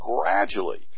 gradually